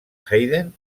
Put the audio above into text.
haydn